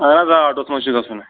اَہَن حظ آ آٹوٗہس منٛز چھُ گژھُن